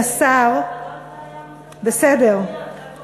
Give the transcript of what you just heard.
אני מסכימה אתך.